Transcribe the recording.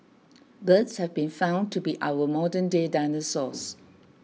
birds have been found to be our modernday dinosaurs